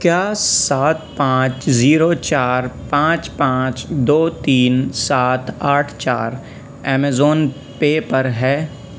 کیا سات پانچ زیرو چار پانچ پانچ دو تین سات آٹھ چار ایمیزون پے پر ہے